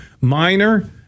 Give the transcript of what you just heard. minor